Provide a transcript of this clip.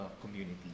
community